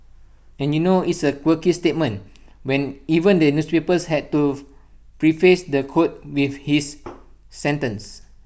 and you know it's A quirky statement when even the newspapers had to preface the quote with his sentence